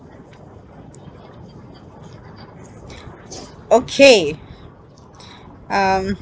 okay um